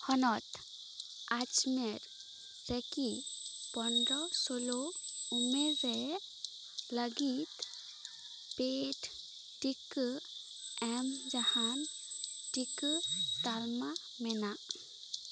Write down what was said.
ᱦᱚᱱᱚᱛ ᱟᱡᱢᱮᱨ ᱨᱮᱠᱤ ᱯᱚᱱᱨᱚ ᱥᱳᱞᱳ ᱩᱢᱮᱨ ᱨᱮ ᱞᱟᱹᱜᱤᱫ ᱯᱮᱹᱰ ᱴᱤᱠᱟᱹ ᱮᱢ ᱡᱟᱦᱟᱱ ᱴᱤᱠᱟᱹ ᱛᱟᱞᱢᱟ ᱢᱮᱱᱟᱜ